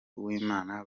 uwimana